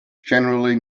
generally